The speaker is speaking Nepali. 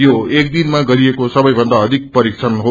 यो एकदिनमा गरिएको सबैभन्दा अधिक परीक्षण हो